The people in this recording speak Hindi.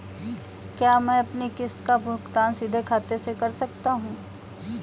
क्या मैं अपनी किश्त का भुगतान सीधे अपने खाते से कर सकता हूँ?